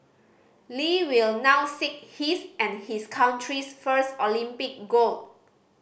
Lee will now seek his and his country's first Olympic gold